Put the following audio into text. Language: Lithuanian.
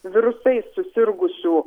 virusais susirgusių